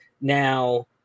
now